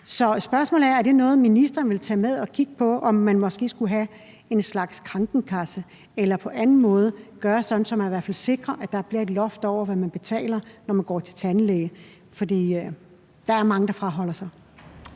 Så spørgsmålet er: Er det noget, ministeren vil tage med at kigge på, om vi måske skulle have en slags Krankenkasse eller på anden måde gøre sådan, at vi i hvert fald sikrer, at der bliver et loft over, hvad man betaler, når man går til tandlæge? For der er mange, der afholder sig